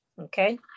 Okay